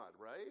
right